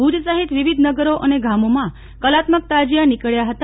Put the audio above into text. ભુજ સહીત વિવિધ નગરો અને ગામોમાં કલાત્મક તાજીયા નીકળ્યા છે